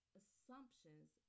assumptions